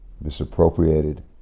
misappropriated